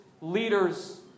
leaders